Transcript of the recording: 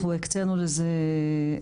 אנחנו הקצינו לזה,